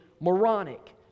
Moronic